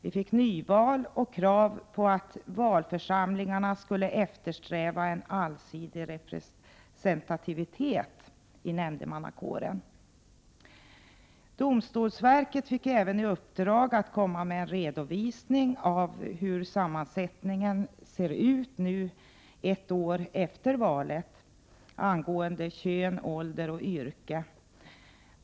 Vi fick nyval och krav på att valförsamlingarna skulle eftersträva en allsidig representativitet i nämndemannakåren. Domstolsverket fick även i uppdrag att komma med en redovisning av sammansättningen inom nämndemannakåren, ett år efter valet, i fråga om kön, ålder och yrke.